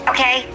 Okay